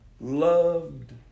loved